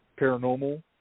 Paranormal